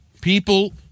People